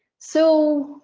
so,